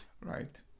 right